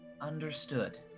understood